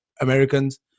Americans